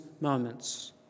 moments